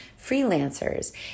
freelancers